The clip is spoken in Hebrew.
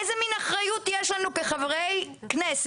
איזו מין אחריות יש לנו כחברי כנסת,